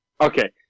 Okay